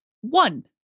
one